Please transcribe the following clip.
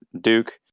duke